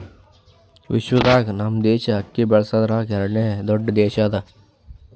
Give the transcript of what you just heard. ವಿಶ್ವದಾಗ್ ನಮ್ ದೇಶ ಅಕ್ಕಿ ಬೆಳಸದ್ರಾಗ್ ಎರಡನೇ ದೊಡ್ಡ ದೇಶ ಅದಾ